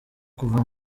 kuva